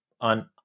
on